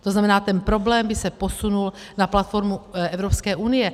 To znamená, ten problém by se posunul na platformu Evropské unie.